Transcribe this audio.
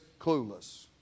clueless